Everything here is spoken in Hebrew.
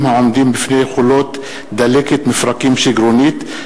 בפני חולות דלקת מפרקים שיגרונית,